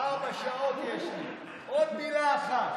מה אגיד ומה אדבר.